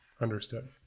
understood